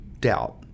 doubt